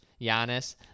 Giannis